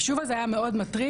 ה"שוב" הזה היה מאוד מטריד.